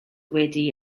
wedi